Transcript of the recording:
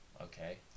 Okay